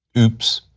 oops.